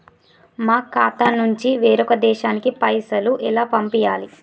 మా ఖాతా నుంచి వేరొక దేశానికి పైసలు ఎలా పంపియ్యాలి?